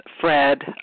Fred